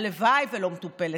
הלוואי שלא מטופלת,